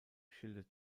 schildert